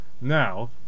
now